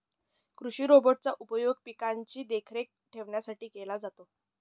कृषि रोबोट चा उपयोग पिकांची देखरेख ठेवण्यासाठी केला जातो